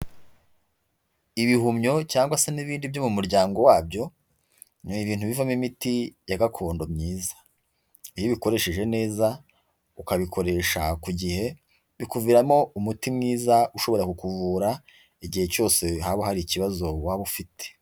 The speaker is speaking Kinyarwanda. Ibihumyo cyangwa se n'ibindi byo mu muryango wabyo, ni ibintu bivamo imiti ya gakondo myiza, iyo ubikoresheje neza ukabikoresha ku gihe, bikuviramo umuti mwiza ushobora kukuvura igihe cyose haba hari ikibazo waba ufite.